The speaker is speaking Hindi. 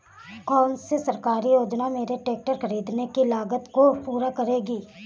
कौन सी सरकारी योजना मेरे ट्रैक्टर ख़रीदने की लागत को पूरा करेगी?